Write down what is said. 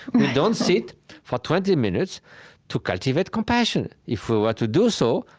we don't sit for twenty minutes to cultivate compassion. if we were to do so,